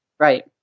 right